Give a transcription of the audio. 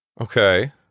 Okay